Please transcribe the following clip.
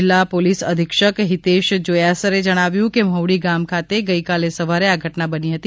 જિલ્લા પોલીસ અધિક્ષક હિતેશ જોયાસરે જણાવ્યું કે મહુડી ગામ ખાતે ગઇકાલે સવારે આ ઘટના બની હતી